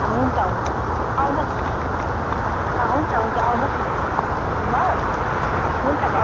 हुन्छ हुन्छ आउनु होस् न हुन्छ हुन्छ आउनु होस् न ल हुन्छ घट्